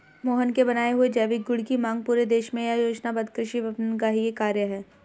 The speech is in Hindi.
मोहन के बनाए हुए जैविक गुड की मांग पूरे देश में यह योजनाबद्ध कृषि विपणन का ही कार्य है